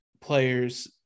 players